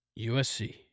USC